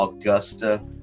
Augusta